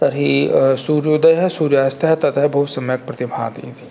तर्हि सूर्योदयः सूर्यास्तः ततः बहुसम्यक् प्रतिभाति इति